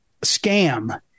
scam